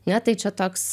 ne tai čia toks